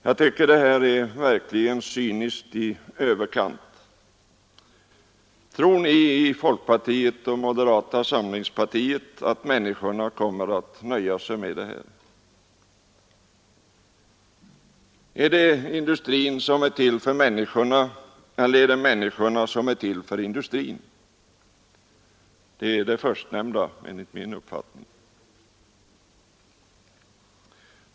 Jag tycker att detta verkligen är cyniskt i överkant. Tror ni i folkpartiet och moderata samlingspartiet att människorna nöjer sig med detta? Är det industrin som är till för människorna eller är det människorna som är till för industrin? Det är det förstnämnda enligt min uppfattning.